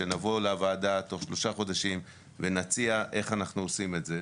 שנבוא לוועדה בתוך שלושה חודשים ונציע איך אנחנו עושים את זה.